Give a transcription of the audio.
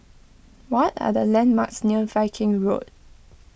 what are the landmarks near Viking Road